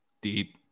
Deep